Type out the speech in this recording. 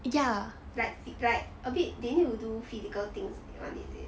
like like a bit they need to do physical things [one] is it